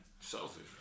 Selfish